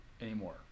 anymore